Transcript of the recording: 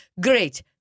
Great